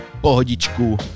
pohodičku